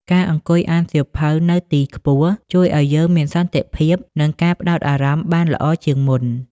ការអង្គុយអានសៀវភៅនៅទីខ្ពស់ ជួយឱ្យយើងមានសន្តិភាព និងការផ្តោតអារម្មណ៍បានល្អជាងមុន។